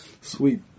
Sweet